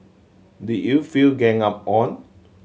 did you feel ganged up on